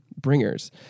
bringers